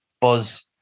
buzz